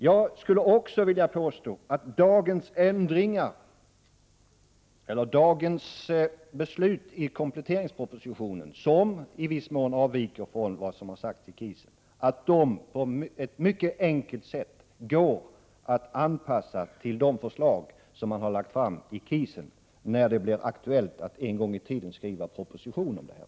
Jag skulle också vilja påstå att dagens beslut med anledning av kompletteringspropositionen, som i viss mån kommer att avvika från vad som sagts i KIS, på ett mycket enkelt sätt går att anpassa till förslagen från KIS, när det en gång i tiden blir aktuellt att skriva proposition om detta.